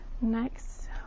Next